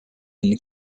and